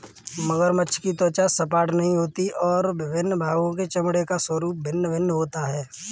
मगरमच्छ की त्वचा सपाट नहीं होती और विभिन्न भागों के चमड़े का स्वरूप भिन्न भिन्न होता है